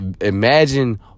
imagine